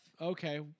Okay